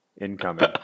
incoming